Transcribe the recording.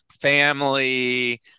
family